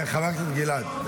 חבר הכנסת גלעד.